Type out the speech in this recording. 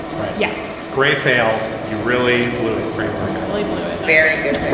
right yes, great fail. you really blew it. great work i really blew it. very good.